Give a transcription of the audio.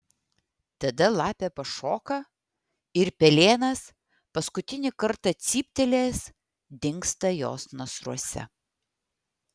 tada lapė pašoka ir pelėnas paskutinį kartą cyptelėjęs dingsta jos nasruose